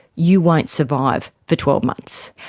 you won't survive for twelve months.